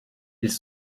ils